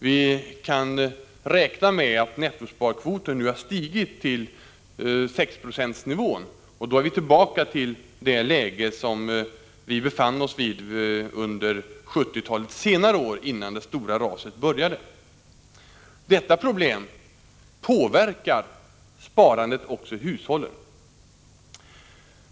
Vi kan räkna med att nettosparkvoten nu har stigit till 6-procentsnivån, och då är vi tillbaka i det läge som vi befann oss i under 1970-talets senare år, innan det stora raset började. Detta problem påverkar sparandet också i hushållen.